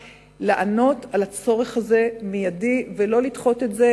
לענות על הצורך הזה מייד ולא לדחות את זה